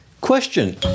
Question